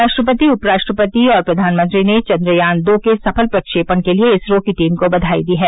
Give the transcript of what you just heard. राष्ट्रपति उपराष्ट्रपति और प्रधानमंत्री ने चंद्रयान दो के सफल प्रक्षेपण के लिए इसरो की टीम को बधाई दी है